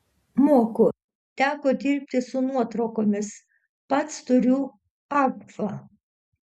moku teko dirbti su nuotraukomis pats turiu agfa